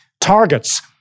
targets